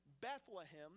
Bethlehem